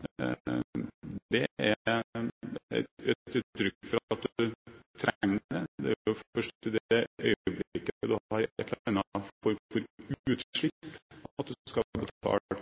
at man trenger det. Det er jo først i det øyeblikket man har en eller annen form for utslipp, man skal betale.